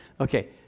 Okay